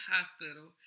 Hospital